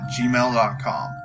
gmail.com